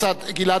גלעד ארדן,